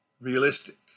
realistic